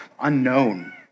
unknown